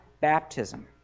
baptism